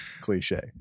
cliche